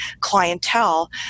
clientele